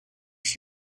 粮食